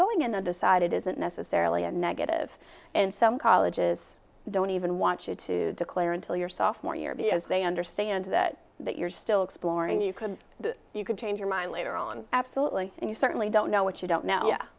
going in and decide it isn't necessarily a negative and some colleges don't even want you to declare until your software year because they understand that you're still exploring you could you could change your mind later on absolutely and you certainly don't know what you don't know